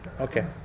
Okay